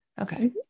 Okay